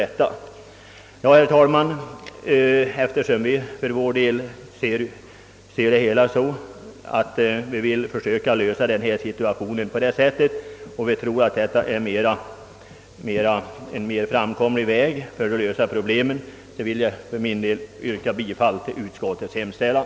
Så har också skett. Herr talman! Eftersom vi för vår del vill försöka lösa denna situation på detta sätt, som vi tror är en mera framkomlig väg för att komma till rätta med problemen, ber jag att få yrka bifall till utskottets hemställan.